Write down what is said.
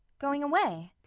going away?